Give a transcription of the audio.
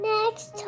Next